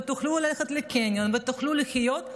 תוכלו ללכת לקניון ותוכלו לחיות.